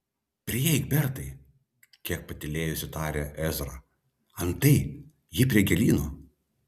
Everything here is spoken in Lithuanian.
prieik bertai kiek patylėjęs tarė ezra antai ji prie gėlyno